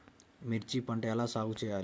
మిర్చి పంట ఎలా సాగు చేయాలి?